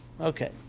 Okay